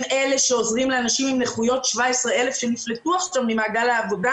הם אלה שעוזרים ל-17,000 אנשים עם נכויות שנפלטו עכשיו ממעגל העבודה